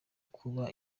kuko